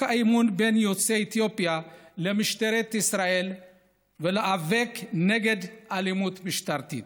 האמון בין יוצאי אתיופיה למשטרת ישראל ולמאבק באלימות משטרתית.